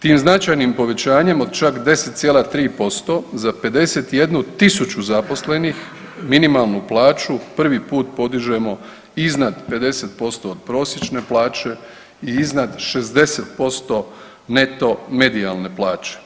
Tim značajnim povećanjem od čak 10,3% za 51.000 zaposlenih minimalnu plaću prvi puta podižemo iznad 50% od prosječne plaće i iznad 60% neto medijalne plaće.